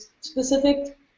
specific